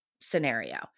scenario